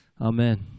Amen